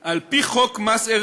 --- חוק המכר (דירות)